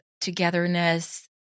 togetherness